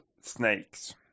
snakes